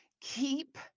Keep